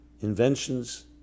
inventions